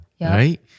right